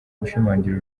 gushimangira